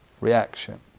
reaction